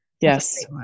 Yes